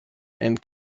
and